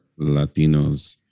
Latinos